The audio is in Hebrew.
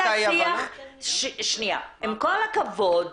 עם כל הכבוד,